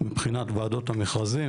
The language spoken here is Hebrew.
מבחינת וועדת המכרזים,